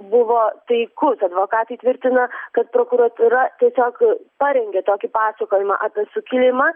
buvo taikus advokatai tvirtina kad prokuratūra tiesiog parengė tokį pasakojimą apie sukilimą